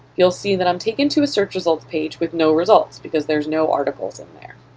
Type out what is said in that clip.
you'll see that i'm taken to a search results page with no results because there's no articles in there.